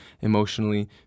emotionally